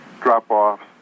drop-offs